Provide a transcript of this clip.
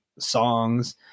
songs